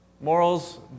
Morals